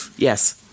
Yes